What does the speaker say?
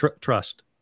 Trust